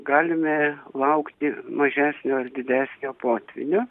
galime laukti mažesnio ar didesnio potvynio